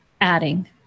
adding